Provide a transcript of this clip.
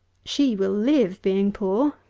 she will live being poor,